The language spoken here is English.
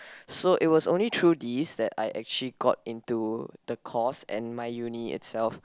so it was only through these that I actually got into the course and my uni itself